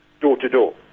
Door-to-door